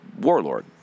warlord